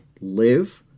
live